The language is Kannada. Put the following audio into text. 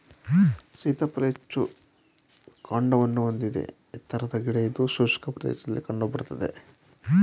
ಸೀತಾಫಲ ಹೆಚ್ಚು ಕಾಂಡವನ್ನು ಹೊಂದಿದ ಎತ್ತರದ ಗಿಡ ಇದು ಶುಷ್ಕ ಪ್ರದೇಶದಲ್ಲಿ ಕಂಡು ಬರ್ತದೆ